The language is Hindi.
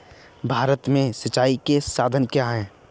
भारत में सिंचाई के साधन क्या है?